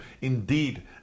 indeed